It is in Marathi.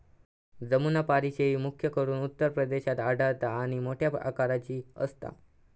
जमुनापारी शेळी, मुख्य करून उत्तर प्रदेशात आढळता आणि मोठ्या आकाराची असता